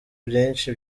byinshi